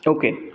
okay